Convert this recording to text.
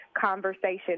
conversation